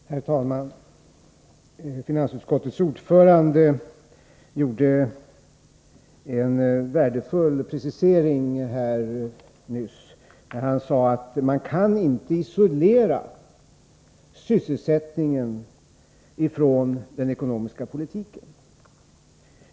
Herr talman! Finansutskottets ordförande gjorde en värdefull precisering här nyss, när han sade att man inte kan isolera sysselsättningen från den ekonomiska politiken.